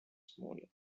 smaller